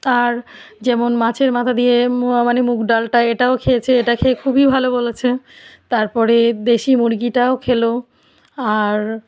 আর যেমন মাছের মাথা দিয়ে মোয়া মানে মুগডালটা এটাও খেয়েছে এটা খেয়ে খুবই ভালো বলেছে তারপরে দেশী মুরগীটাও খেলো আর